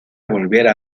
volviera